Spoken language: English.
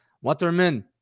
Waterman